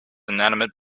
inanimate